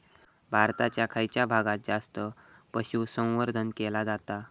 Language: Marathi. भारताच्या खयच्या भागात जास्त पशुसंवर्धन केला जाता?